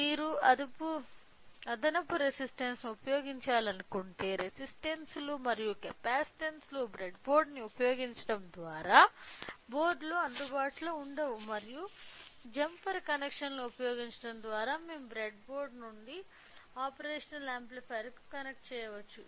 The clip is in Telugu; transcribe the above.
మీరు అదనపు రెసిస్టన్స్స్ లను ఉపయోగించాలనుకుంటే రెసిస్టన్స్స్ లు మరియు కెపాసిటెన్స్లు బ్రెడ్బోర్డును ఉపయోగించడం ద్వారా బోర్డులో అందుబాటులో ఉండవు మరియు జంపర్ కనెక్షన్లను ఉపయోగించడం ద్వారా మేము బ్రెడ్బోర్డ్ నుండి ఆపరేషనల్ యాంప్లిఫైయర్కు కనెక్ట్ చేయవచ్చు